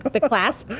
but the clasp.